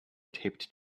taped